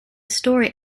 story